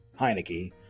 heineke